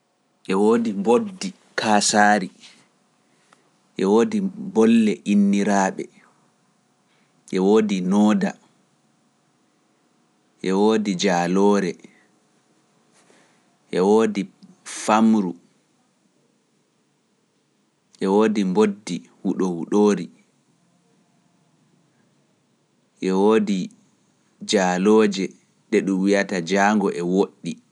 Ɗe woodi mboddi kaasaari, ɗe woodi bolle inniraaɓe, ɗe woodi nooda, ɗe woodi jaaloore, ɗe woodi famru, ɗe woodi mboddi huɗowuɗoori, ɗe woodi jaalooje ɗe ɗum wi’ata jaango e woɗɗi.